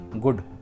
good